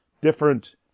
different